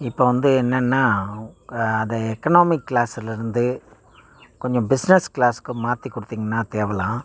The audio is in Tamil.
இப்போ வந்து என்னென்னா அதை எக்கனாமிக் க்ளாஸில் இருந்து கொஞ்சம் பிஸ்னஸ் க்ளாஸ்ஸுக்கு மாற்றிக் கொடுத்திங்கனா தேவலாம்